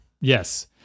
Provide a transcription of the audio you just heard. Yes